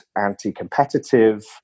anti-competitive